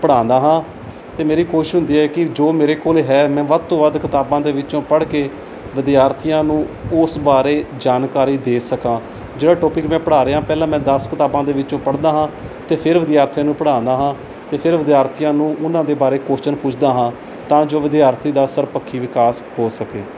ਪੜ੍ਹਾਉਂਦਾ ਹਾਂ ਅਤੇ ਮੇਰੀ ਕੋਸ਼ਿਸ਼ ਹੁੰਦੀ ਹੈ ਕਿ ਜੋ ਮੇਰੇ ਕੋਲ ਹੈ ਮੈਂ ਵੱਧ ਤੋਂ ਵੱਧ ਕਿਤਾਬਾਂ ਦੇ ਵਿੱਚੋਂ ਪੜ੍ਹ ਕੇ ਵਿਦਿਆਰਥੀਆਂ ਨੂੰ ਉਸ ਬਾਰੇ ਜਾਣਕਾਰੀ ਦੇ ਸਕਾਂ ਜਿਹੜਾ ਟੋਪਿਕ ਮੈਂ ਪੜ੍ਹਾ ਰਿਹਾ ਪਹਿਲਾਂ ਮੈਂ ਦਸ ਕਿਤਾਬਾਂ ਦੇ ਵਿੱਚੋਂ ਪੜ੍ਹਦਾ ਹਾਂ ਅਤੇ ਫਿਰ ਵਿਦਿਆਰਥੀਆਂ ਨੂੰ ਪੜਾਉਂਦਾ ਹਾਂ ਅਤੇ ਫਿਰ ਵਿਦਿਆਰਥੀਆਂ ਨੂੰ ਉਹਨਾਂ ਦੇ ਬਾਰੇ ਕੌਸ਼ਚਨ ਪੁੱਛਦਾ ਹਾਂ ਤਾਂ ਜੋ ਵਿਦਿਆਰਥੀ ਦਾ ਸਰਵਪੱਖੀ ਵਿਕਾਸ ਹੋ ਸਕੇ